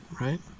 right